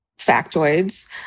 factoids